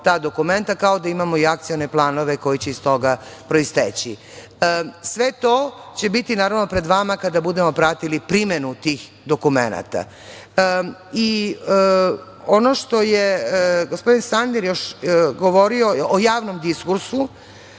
ta dokumenta, kao da imamo i akcione planove koji će iz toga proisteći. Sve to će biti, naravno, pred vama kada budemo pratili primenu tih dokumenata. Ono što je gospodin Tandir još govorio o javnom diskursu